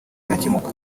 byakemuka